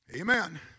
Amen